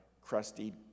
crusty